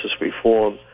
reform